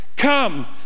come